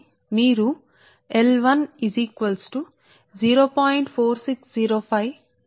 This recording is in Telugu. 4605 log 1r వ్రాస్తారు ఇక్కడ r1 r2 r కి సమాన మని ఊహిస్తున్నాము